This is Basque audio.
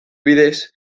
bidez